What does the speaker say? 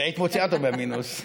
היית מוציאה אותו מהמינוס.